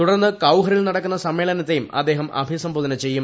തുടർന്ന് കൌഹറിൽ നടക്കുന്ന സമ്മേളനത്തെയും അദ്ദേഹം അഭിസംബോധന ചെയ്യും